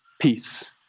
peace